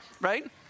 Right